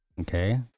Okay